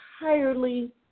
entirely